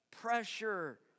pressure